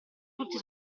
tutti